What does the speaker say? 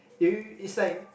you is like